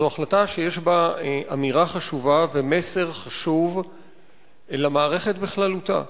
זאת החלטה שיש בה אמירה חשובה ומסר חשוב למערכת בכללותה.